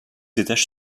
étages